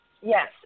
yes